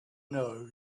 know